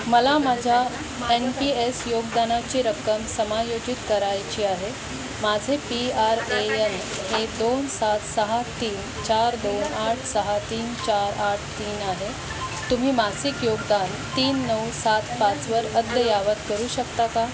मला माझ्या N P S योगदानाची रक्कम समायोजित करायची आहे माझे पी आर ए यन हे दोन सात सहा तीन चार दोन आठ सहा तीन चार आठ तीन आहे तुम्ही मासिक योगदान तीन नऊ सात पाचवर अद्ययावत करू शकता का